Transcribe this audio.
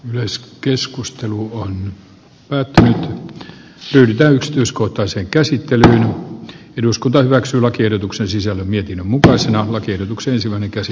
myös keskustelu on käytännön hyödyntää yksityiskohtaisen käsittelevä eduskunta hyväksyi lakiehdotuksen sisällä mietin mukaisena oikeutuksensa överiksi säädetä